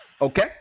Okay